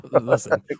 listen